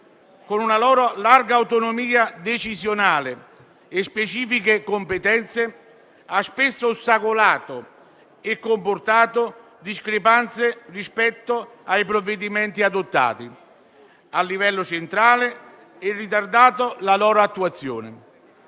con una loro larga autonomia decisionale e specifiche competenze, ha spesso ostacolato e comportato discrepanze rispetto ai provvedimenti adottati a livello centrale e ritardato la loro attuazione.